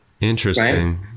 Interesting